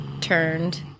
turned